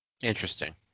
interesting